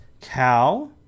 Cow